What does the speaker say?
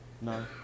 No